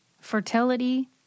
fertility